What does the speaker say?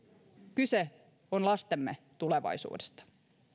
kyse on lastemme tulevaisuudesta